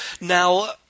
Now